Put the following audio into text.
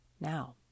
Now